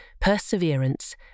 perseverance